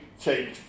change